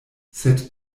sed